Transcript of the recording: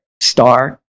star